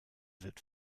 wird